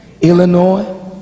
Illinois